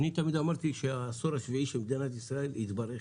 אני תמיד אמרתי שהעשור השביעי של מדינת ישראל התברך,